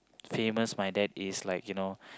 famous my dad is like you know